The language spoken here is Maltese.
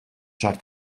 xahar